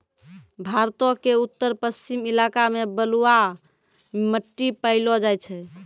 भारतो के उत्तर पश्चिम इलाका मे बलुआ मट्टी पायलो जाय छै